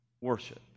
Worship